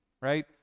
right